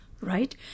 right